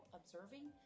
observing